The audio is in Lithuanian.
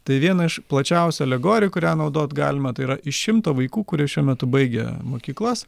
tai viena iš plačiausių alegorijų kurią naudot galima tai yra iš šimto vaikų kurie šiuo metu baigia mokyklas